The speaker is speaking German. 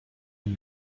dem